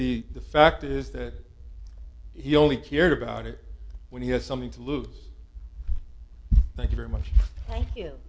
the the fact is that he only cared about it when he has something to lose thank you very much